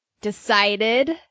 decided